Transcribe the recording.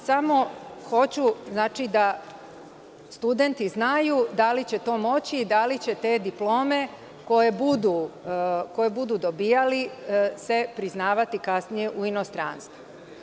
Samo hoću da studenti znaju da li će to moći, da li će se te diplome koje budu dobijali priznavati kasnije u inostranstvu.